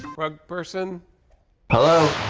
rug person hello.